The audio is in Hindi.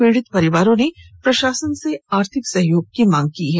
पीड़ित परिवार ने प्रशासन से आर्थिक सहयोग की मांग की है